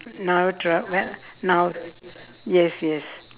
now dr~ well now yes yes